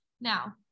Now